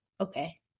Okay